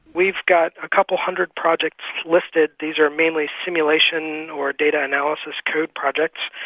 we've got a couple of hundred projects listed. these are mainly simulation, or data analysis code projects.